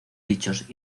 dichos